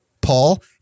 Paul